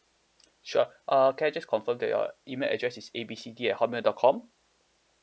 sure uh can I just confirm that your email address is A B C D at hotmail dot com